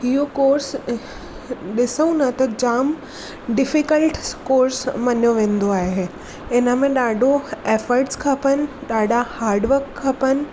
इहो कोर्स ॾिसूं न त जाम डिफीकल्ट्स कोर्स मञियो वेंदो आहे हिन में ॾाढो एफट्स खपनि ॾाढा हाडवक खपनि